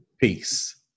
peace